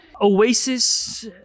oasis